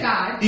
God